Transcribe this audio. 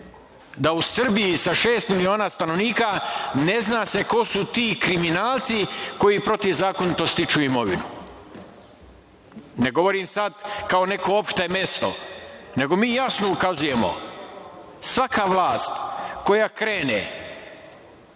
da u Srbiji sa šest miliona stanovnika, ne zna se ko su ti kriminalci koji protivzakonito stiču imovinu. Ne govorim sada kao neko opšte mesto, nego mi jasno ukazujemo, svaka vlast koja krene